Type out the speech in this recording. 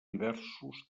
diversos